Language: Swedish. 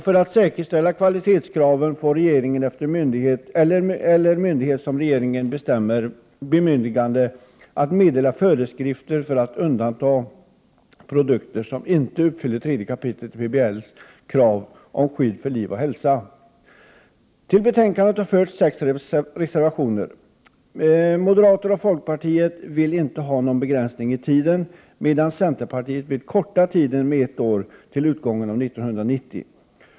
För att säkerställa kvalitetskraven får regeringen eller myndighet som regeringen bestämmer bemyndigande att meddela föreskrifter för att undanta produkter som inte uppfyller kraven i 3 kap. PBL vad gäller skydd för liv och hälsa. Till betänkandet har fogats sex reservationer. Moderaterna och folkpartiet vill inte ha någon begränsning i tiden, medan centerpartiet vill korta av tiden med ett år till utgången av år 1990.